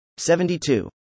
72